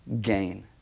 gain